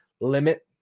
limit